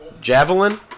Javelin